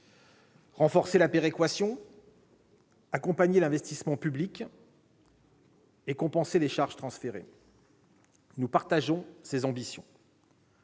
renforcer la péréquation, accompagner l'investissement public local et compenser les charges transférées. Nous partageons ces ambitions,